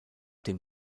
dem